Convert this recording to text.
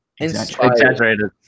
exaggerated